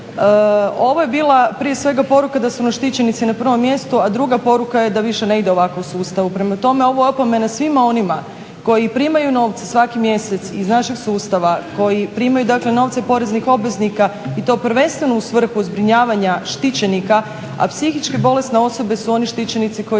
Ovo je bila prije svega poruka da su nas štićenici na prvom mjestu, a druga poruka je da više ne ide ovako u sustavu. Prema tome, ovo je opomena svima onima koji primaju novce svaki mjesec iz našeg sustava, koji primaju dakle novce poreznih obveznika i to prvenstveno u svrhu zbrinjavanja štićenika. A psihički bolesne osobe su oni štićenici koji